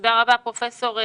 תודה רבה פרופסור אדלר.